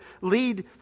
lead